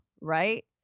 right